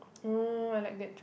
oh I like that too